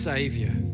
Savior